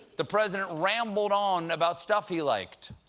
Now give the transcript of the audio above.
the president rambled on about stuff he liked.